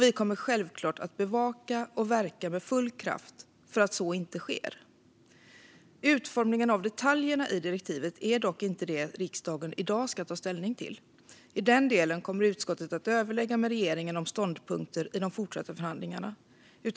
Vi kommer självklart att bevaka och verka med full kraft för att så inte sker. Utformningen av detaljerna i direktivet är dock inte det som riksdagen i dag ska ta ställning till. I den delen kommer utskottet att överlägga med regeringen om ståndpunkter i de fortsatta förhandlingarna.